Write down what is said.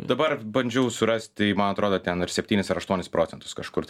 dabar bandžiau surasttai man atrodo ten ir septynis ar aštuonis procentus kažkur